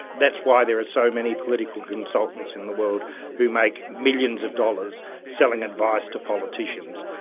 that's why there are so many political consultants in the world who make millions of dollars selling advice to politicians.